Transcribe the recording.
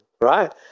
Right